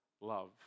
love